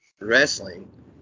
wrestling